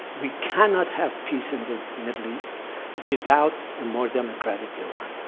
we cannot have peace in the middle east without a more democratic iran.